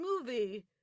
movie